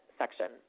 section